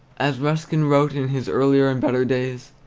as ruskin wrote in his earlier and better days,